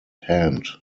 hand